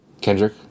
Kendrick